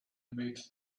made